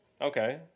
Okay